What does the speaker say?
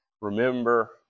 Remember